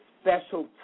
special